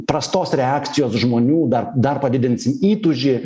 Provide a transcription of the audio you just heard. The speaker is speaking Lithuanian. prastos reakcijos žmonių dar dar padidins įtūžį